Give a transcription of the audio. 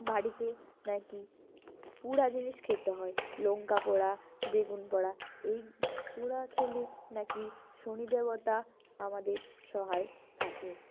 বাড়িতে নাকি পোড়া জিনিস খেতে হয় লঙ্কা পোড়া বেগুন পোড়া এই পোড়া খেলে নাকি শনি দেবতা আমাদের সহায় থাকে